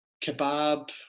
kebab